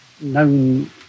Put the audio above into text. known